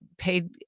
Paid